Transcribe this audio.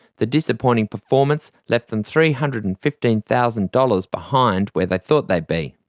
the disappointing performance left them three hundred and fifteen thousand dollars behind where they thought they'd be.